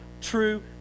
true